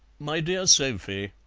my dear sophie,